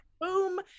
boom